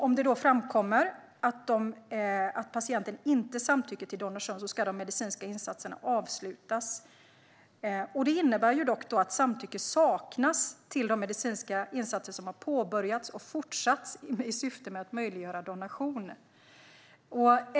Om det då framkommer att patienten inte samtycker till donation ska de medicinska insatserna avslutas. Detta innebär dock att samtycke saknas till de medicinska insatser som har påbörjats och fortsatt i syfte att möjliggöra donation.